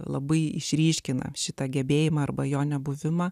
labai išryškina šitą gebėjimą arba jo nebuvimą